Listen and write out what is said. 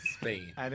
Spain